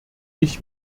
ich